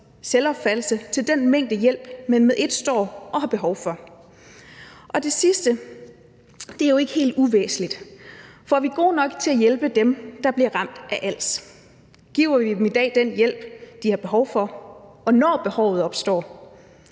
selvopfattelse til den mængde hjælp, man med et står og har behov for. Og det sidste er jo ikke helt uvæsentligt. For er vi gode nok til at hjælpe dem, der bliver ramt af als? Giver vi dem i dag den hjælp, de har behov for, og når behovet opstår?